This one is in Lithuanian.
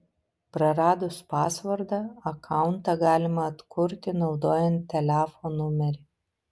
praradus pasvordą akauntą galima atkurti naudojant telefo numerį